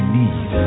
need